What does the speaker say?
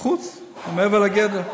בחוץ או מעבר לגדר.